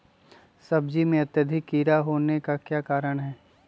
सब्जी में अत्यधिक कीड़ा होने का क्या कारण हैं?